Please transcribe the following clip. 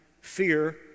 fear